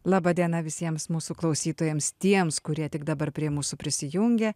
laba diena visiems mūsų klausytojams tiems kurie tik dabar prie mūsų prisijungė